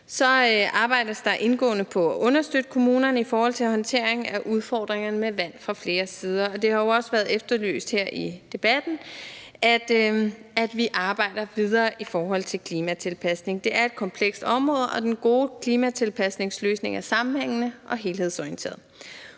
arbejdes der indgående på at understøtte kommunerne i forhold til håndtering af udfordringerne med vand fra flere sider. Og det har jo også været efterlyst her i debatten, at vi arbejder videre i forhold til klimatilpasning. Det er et komplekst område, og den gode klimatilpasningsløsning er sammenhængende og helhedsorienteret.